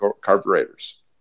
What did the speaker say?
carburetors